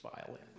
violin